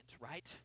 right